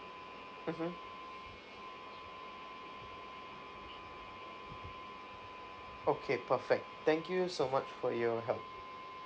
mmhmm okay perfect thank you so much for your help